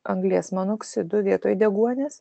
anglies monoksidu vietoj deguonies